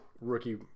rookie